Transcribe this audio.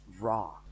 raw